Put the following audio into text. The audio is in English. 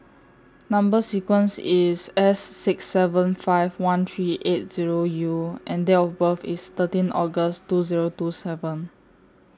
Number sequence IS S six seven five one three eight Zero U and Date of birth IS thirteen August two Zero two seven